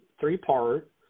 three-part